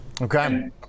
Okay